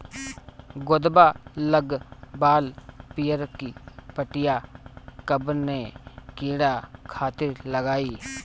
गोदवा लगवाल पियरकि पठिया कवने कीड़ा खातिर लगाई?